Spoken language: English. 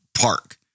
park